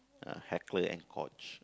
ah Heckler-and-Koch